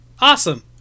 awesome